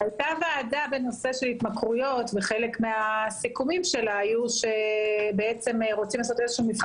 היתה ועדה בנושא התמכרויות וחלק מסיכומיה היו שרוצים לעשות מבחן